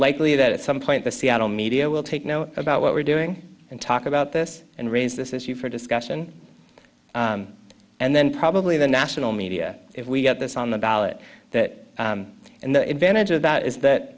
likely that at some point the seattle media will take know about what we're doing and talk about this and raise this issue for discussion and then probably the national media if we get this on the ballot that and the advantage of that is that